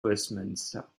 westminster